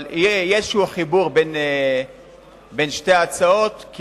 אבל יהיה חיבור כלשהו בין שתי ההצעות,